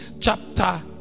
chapter